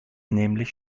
nämlich